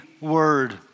Word